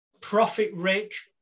profit-rich